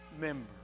member